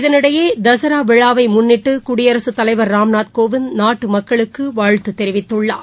இதனிடையே தசராவிழாவைமுன்னிட்டுகுடியரகத் தலைவர் ராம்நாத் நாட்டுமக்களுக்குவாழ்த்துதெரிவித்துள்ளார்